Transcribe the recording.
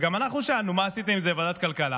וגם אנחנו שאלנו בוועדת הכלכלה: